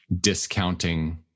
discounting